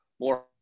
more